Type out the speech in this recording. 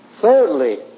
Thirdly